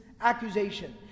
accusation